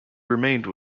remained